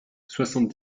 soixante